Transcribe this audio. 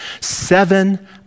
Seven